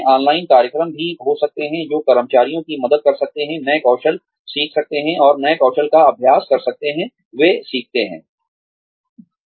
online कार्यक्रम भी हो सकते हैं जो कर्मचारियों की मदद कर सकते हैं नए कौशल सीख सकते हैं और नए कौशल का अभ्यास कर सकते हैं वे सीखते हैं